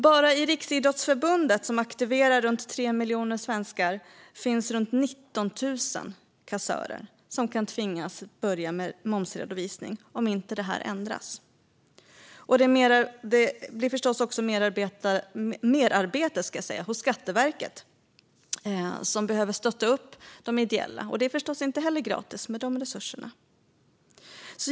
Bara i Riksidrottsförbundet, som aktiverar runt 3 miljoner svenskar, finns runt 19 000 kassörer som kan tvingas börja med momsredovisning om inte det här ändras. Det blir förstås också merarbete hos Skatteverket, som behöver stötta upp de ideella. De resurserna är förstås inte heller gratis.